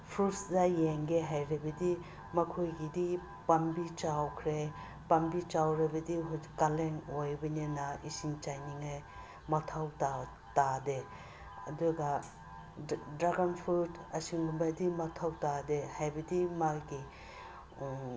ꯐ꯭ꯔꯨꯏꯠꯁꯇ ꯌꯦꯡꯒꯦ ꯍꯥꯏꯔꯕꯗꯤ ꯃꯈꯣꯏꯒꯤꯗꯤ ꯄꯥꯝꯕꯤ ꯆꯥꯎꯈ꯭ꯔꯦ ꯄꯥꯝꯕꯤ ꯆꯥꯎꯔꯕꯗꯤ ꯍꯧꯖꯤꯛ ꯀꯥꯂꯦꯟ ꯑꯣꯏꯕꯅꯤꯅ ꯏꯁꯤꯡ ꯆꯥꯏꯅꯤꯡꯉꯥꯏ ꯃꯊꯧ ꯇꯥꯗꯦ ꯑꯗꯨꯒ ꯗ꯭ꯔꯥꯒꯣꯟ ꯐ꯭ꯔꯨꯏꯠ ꯑꯁꯤꯒꯨꯝꯕꯗꯤ ꯃꯊꯧ ꯇꯥꯗꯦ ꯍꯥꯏꯕꯗꯤ ꯃꯥꯒꯤ